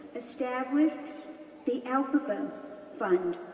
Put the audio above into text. established the elphaba fund,